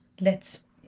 lets